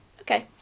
Okay